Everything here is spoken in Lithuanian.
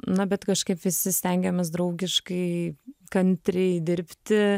na bet kažkaip visi stengiamės draugiškai kantriai dirbti